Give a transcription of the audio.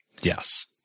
Yes